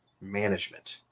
management